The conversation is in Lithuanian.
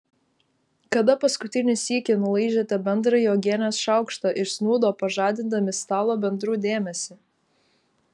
kada paskutinį sykį nulaižėte bendrąjį uogienės šaukštą iš snūdo pažadindami stalo bendrų dėmesį